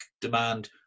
demand